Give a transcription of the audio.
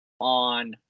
On